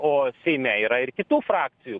o seime yra ir kitų frakcijų